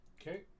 okay